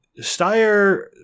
Steyer